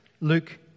Luke